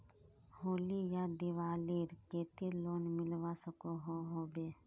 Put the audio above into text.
होली या दिवालीर केते लोन मिलवा सकोहो होबे?